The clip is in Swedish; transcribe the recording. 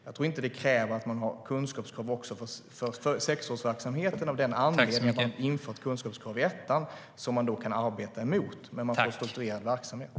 Jag tror inte att det kräver att vi har kunskapskrav också för sexårsverksamheten av den anledningen att det införts kunskapskrav i ettan som man kan arbeta mot, men man får en strukturerad verksamhet.